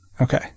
Okay